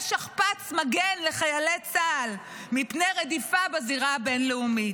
שכפ"ץ מגן לחיילי צה"ל מפני רדיפה בזירה הבין-לאומית.